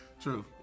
True